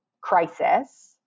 crisis